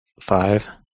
five